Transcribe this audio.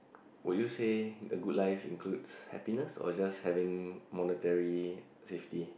would you said a good life includes happiness or just having monetary safety